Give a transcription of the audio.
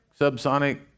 subsonic